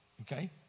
Okay